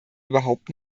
überhaupt